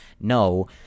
No